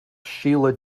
sheila